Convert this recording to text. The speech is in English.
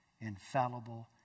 infallible